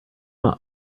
wake